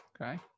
okay